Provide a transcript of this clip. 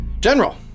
General